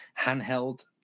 handheld